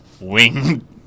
wing